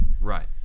Right